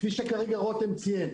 כפי שכרגע רותם ציין.